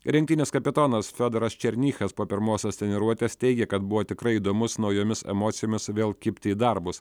rinktinės kapitonas fiodoras černychas po pirmosios treniruotės teigė kad buvo tikrai įdomu naujomis emocijomis vėl kibti į darbus